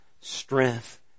strength